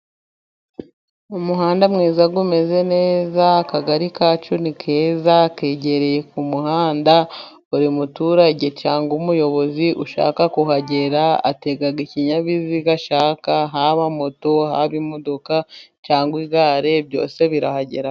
Umuhanda mwiza umeze neza akagari kacu ni keza, kegereye ku muhanda buri muturage cyangwa umuyobozi ushaka kuhagera atega ikinyabiziga ashaka haba moto, haba imodoka cyangwa igare byose birahagera.